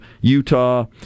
Utah